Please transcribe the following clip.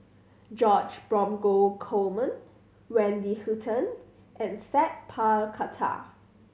George Dromgold Coleman Wendy Hutton and Sat Pal Khattar